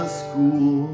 school